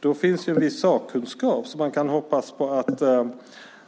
Då finns det ju en viss sakkunskap, så man kan hoppas på att